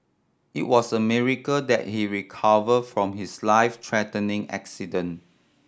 it was a miracle that he recovered from his life threatening accident